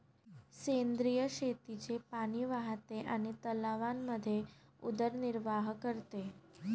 सेंद्रिय शेतीचे पाणी वाहते आणि तलावांमध्ये उदरनिर्वाह करते